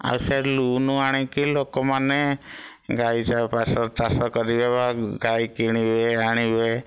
ଆଉ ସେ ଲୋନ୍ ଆଣିକି ଲୋକମାନେ ଗାଈ ଚାଷ ଚାଷ କରିବେ ବା ଗାଈ କିଣିବେ ଆଣିବେ